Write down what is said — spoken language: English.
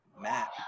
Matt